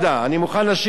אני מוכן לשיר את זה,